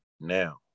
now